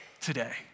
today